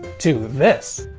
to this.